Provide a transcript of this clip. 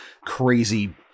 crazy